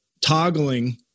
toggling